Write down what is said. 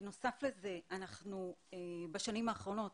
בנוסף לזה אנחנו בשנים האחרונות